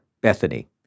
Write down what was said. Bethany